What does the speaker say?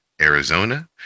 arizona